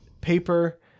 paper